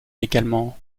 également